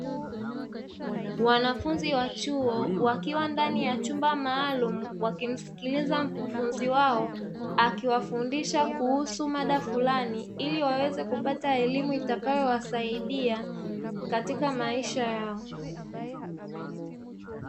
Wanafunzi wa chuo wakiwa nadani ya chumba maalumu wakimsikiliza mkufunzi wao, akiwafundisha kuhusu mada fulani iliwaweze kupata elimu itakayowasaidia katika maisha yao.